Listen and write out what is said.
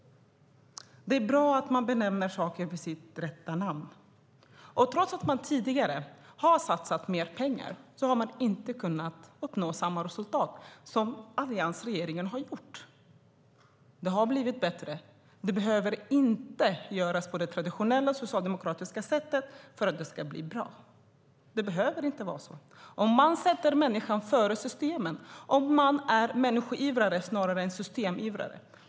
Det är bra att man benämner saker vid sitt rätta namn. Trots att man tidigare har satsat mer pengar har man inte kunnat uppnå samma resultat som alliansregeringen har gjort. Det har blivit bättre. Det behöver inte göras på det traditionella socialdemokratiska sättet för att det ska bli bra. Det behöver inte vara så om man sätter människan före system och är människoivrare snarare än systemivrare.